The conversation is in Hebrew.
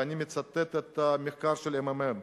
ואני מצטט את המחקר של הממ"מ,